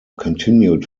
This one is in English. continued